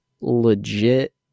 legit